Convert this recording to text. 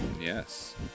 Yes